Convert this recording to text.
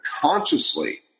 consciously